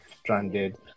stranded